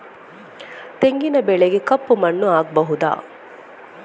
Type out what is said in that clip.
ತೆಂಗಿನ ಬೆಳೆಗೆ ಕಪ್ಪು ಮಣ್ಣು ಆಗ್ಬಹುದಾ?